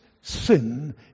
sin